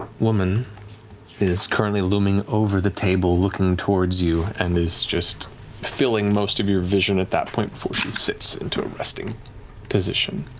woman is currently looming over the table, looking towards you and is just filling most of your vision, at that point, before she sits into a resting position.